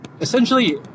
essentially